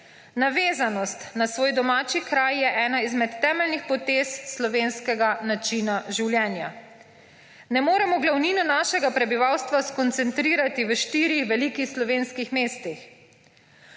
Navezanost na svoj domači kraj je ena izmed temeljnih potez slovenskega načina življenja. Ne moremo glavnine našega prebivalstva skoncentrirati v štirih velikih slovenskih mestih.